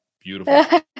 beautiful